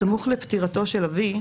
סמוך לפטירתו של אבי,